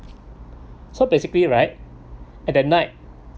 so basically right at the night